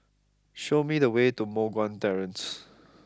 show me the way to Moh Guan Terrace